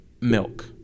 milk